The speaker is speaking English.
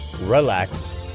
relax